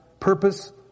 Purpose